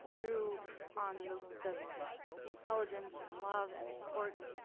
grew on the the diligence and love and support and